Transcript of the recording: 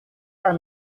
are